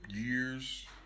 years